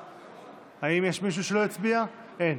אין.